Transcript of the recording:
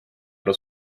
euro